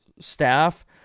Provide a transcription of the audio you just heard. staff